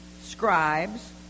scribes